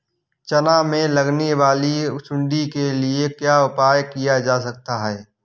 चना में लगने वाली सुंडी के लिए क्या उपाय किया जा सकता है?